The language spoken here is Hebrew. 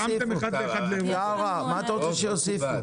התאמתם אחד לאחד לאירופה --- מה אתה רוצה שיוסיפו?